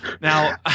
Now